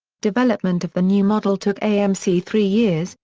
development of the new model took amc three years,